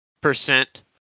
percent